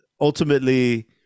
ultimately